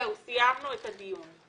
זהו, סיימנו את הדיון.